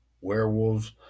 werewolves